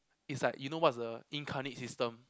it's like you know what's the incarnate system